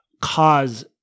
cause